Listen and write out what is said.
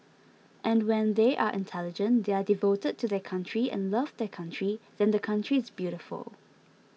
and when they are intelligent they are devoted to their country and love their country then the country is beautiful